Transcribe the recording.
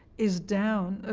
is down,